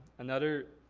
another,